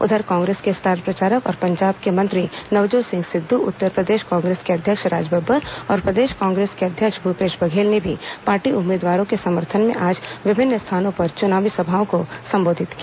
उधर कांग्रेस के स्टार प्रचारक और पंजाब के मंत्री नवजोत सिंह सिद्ध उत्तर प्रदेश कांग्रेस के अध्यक्ष राज बब्बर और प्रदेश कांग्रेस के अध्यक्ष भूपेश बघेल ने भी पार्टी उम्मीदवारों के समर्थन में आज विभिन्न स्थानों पर चुनावी सभाओं को संबोधित किया